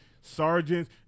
sergeants